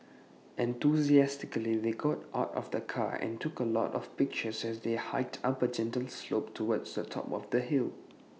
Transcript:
enthusiastically they got out of the car and took A lot of pictures as they hiked up A gentle slope towards the top of the hill